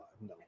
no